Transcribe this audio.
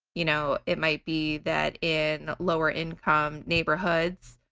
you know it might be that in lower income neighborhoods,